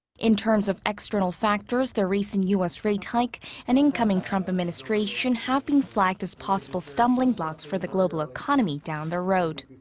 in terms of external factors. the recent u s. rate hike and the incoming trump administration have been flagged as possible stumbling blocks for the global economy down the road.